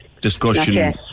discussion